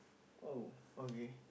oh okay